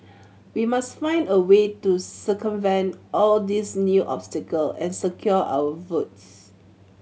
we must find a way to circumvent all these new obstacle and secure our votes